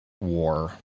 war